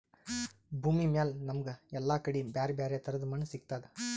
ಭೂಮಿಮ್ಯಾಲ್ ನಮ್ಗ್ ಎಲ್ಲಾ ಕಡಿ ಬ್ಯಾರೆ ಬ್ಯಾರೆ ತರದ್ ಮಣ್ಣ್ ಸಿಗ್ತದ್